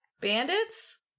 bandits